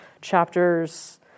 chapters